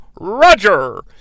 Roger